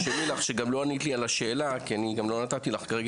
תרשמי לך שגם לא ענית לי על השאלה כי אני גם לא נתתי לך כרגע